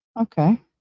Okay